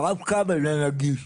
ואף קו אינו נגיש.